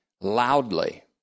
loudly